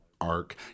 arc